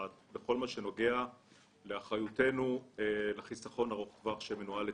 בכל מה שנוגע לאחריותנו לחיסכון ארוך הטווח שמנוהל אצלנו,